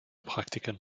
praktiken